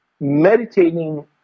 meditating